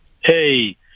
Hey